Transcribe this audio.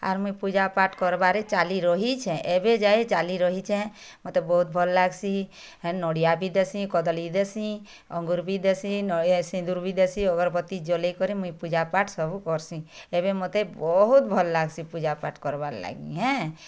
ଆରୁ ମୁଇଁ ପୂଜା ପାଛ କରବାରେ ଚାଲି ରହିଛି ଏବେ ଯାଏଁ ଚାଲି ରହିଛି ମୋତେ ବହୁତ ଭଲ୍ ଲାଗସି ହେ ନଡ଼ିଆ ବି ଦେସି କଦଳୀ ଦେସି ଅଙ୍ଗୁର ବି ଦେସି ନଡ଼ିଆ ସିନ୍ଦୂର୍ ବି ଦେସି ଅଗରବତୀ ଜଳାଇ କରି ମୁଇଁ ପୂଜା ପାଠ ସବୁ କରସି ଏବେ ମୋତେ ବହୁତ ଭଲ ଲାଗ୍ସି ପୂଜା ପାଠ କରବା ଲାଗି ଏଁ